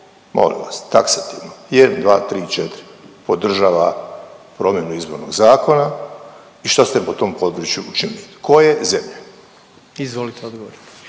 molim vas taksativno, jedan, dva, tri, četiri podržava promjenu izbornog zakona i šta ste po tom području učinili, koje zemlje? **Jandroković,